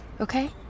Okay